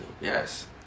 Yes